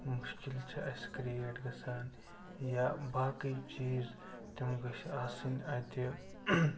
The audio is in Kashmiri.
مُشکِل چھِ اَسہِ کِرٛییٹ گَژھان یا باقٕے چیٖز تِم گٔژھۍ آسٕنۍ اَتہِ